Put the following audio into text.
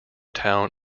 town